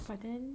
but then